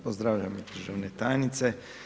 Pozdravljam državni tajniče.